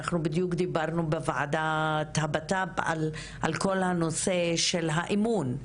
אנחנו בדיוק דיברנו בוועדה לביטחון פנים על כל הנושא של האמון,